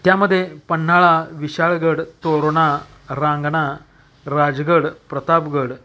त्यामध्ये पन्हाळा विशाळगड तोरणा रांगणा राजगड प्रतापगगड